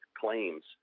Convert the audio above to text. claims